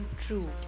True